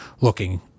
looking